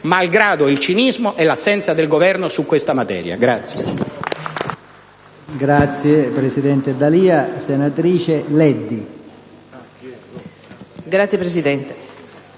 malgrado il cinismo e l'assenza del Governo su questa materia.